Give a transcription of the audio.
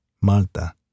Malta